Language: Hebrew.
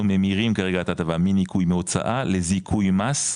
אנחנו ממירים כרגע את ההטבה מניקוי מהוצאה לזיכוי מס,